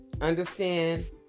Understand